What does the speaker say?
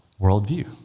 worldview